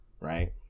right